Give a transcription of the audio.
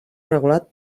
regulat